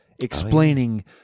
explaining